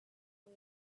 for